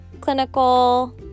clinical